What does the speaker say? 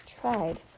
tried